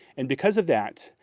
and because of that,